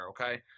okay